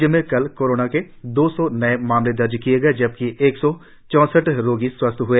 राज्य में कल कोरोना के दो सौ नए मामले दर्ज किए गए जबकि एक सौ चौतीस रोगी स्वस्थ हए